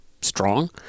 strong